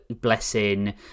blessing